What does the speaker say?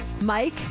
Mike